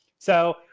so,